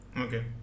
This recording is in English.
Okay